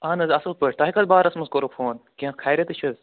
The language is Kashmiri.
اَہَن حظ اَصٕل پٲٹھۍ تۄہہِ کَتھ بارَس منٛز کوٚروٕ فون کیٚنٛہہ خیرتٕے چھِ حظ